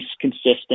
consistent